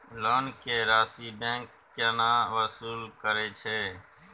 Loan के राशि bank केना वसूल करे छै?